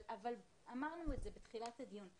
אבל אמרנו את זה בתחילת הדיון.